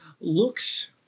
looks